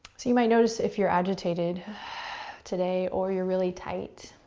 you might notice if you're agitated today or you're really tight,